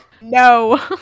No